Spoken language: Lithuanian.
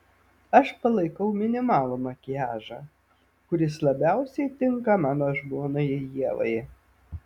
aš palaikau minimalų makiažą kuris labiausiai tinka mano žmonai ievai